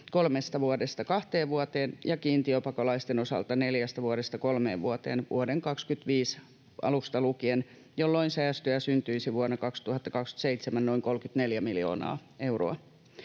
kolmesta vuodesta kahteen vuoteen ja kiintiöpakolaisten osalta neljästä vuodesta kolmeen vuoteen vuoden 25 alusta lukien, jolloin säästöjä syntyisi vuonna 2027 noin 34 miljoonaa euroa.